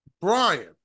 Brian